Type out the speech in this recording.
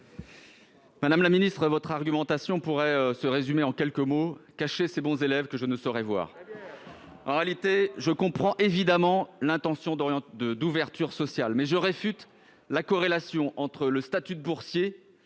Madame la secrétaire d'État, votre argumentation pourrait se résumer en quelques mots : cachez ces bons élèves que je ne saurais voir ... Très bien ! Je comprends évidemment votre intention d'ouverture sociale, mais je réfute la corrélation entre le statut de boursier